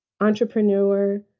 entrepreneur